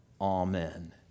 Amen